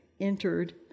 entered